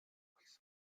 болсон